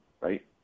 right